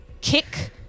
kick